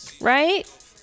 right